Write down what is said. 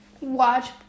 watch